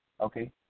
okay